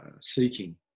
seeking